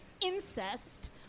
incest